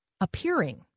appearing